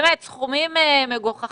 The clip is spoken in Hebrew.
באמת, סכומים מגוחכים